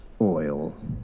oil